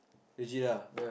legit ah